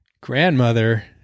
grandmother